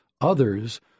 Others